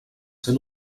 ser